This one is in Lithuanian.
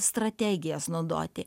strategijas naudoti